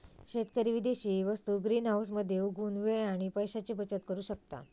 शेतकरी विदेशी वस्तु ग्रीनहाऊस मध्ये उगवुन वेळ आणि पैशाची बचत करु शकता